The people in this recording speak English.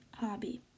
hobby